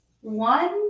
one